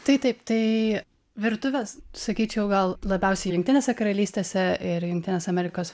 tai taip tai virtuvės sakyčiau gal labiausiai jungtinėse karalystėse ir jungtinės amerikos